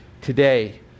today